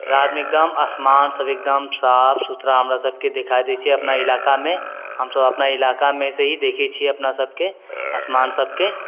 रातमे एकदम आसमान सभ एकदम साफ सुथरा हमरा सभके देखाइ दै छै अपना इलाकामे हम सभ अपना इलाकामेसँ हि देखै छियै अपना सभके आसमान सभके